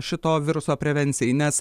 šito viruso prevencijai nes